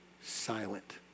silent